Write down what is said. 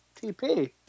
TP